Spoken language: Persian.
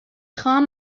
خواهم